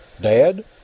dad